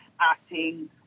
acting